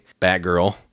Batgirl